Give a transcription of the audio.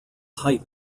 height